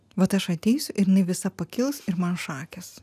vat aš ateisiu ir jinai visa pakils ir man šakės